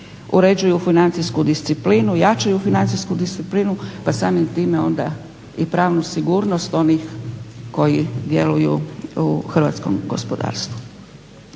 uređuju financijsku disciplinu, jačaju financijsku disciplinu pa samim time onda i pravnu sigurnost onih koji djeluju u hrvatskom gospodarstvu.